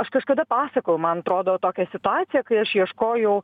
aš kažkada pasakojau man atrodo tokią situaciją kai aš ieškojau